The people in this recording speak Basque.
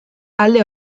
alde